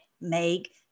make